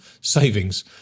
savings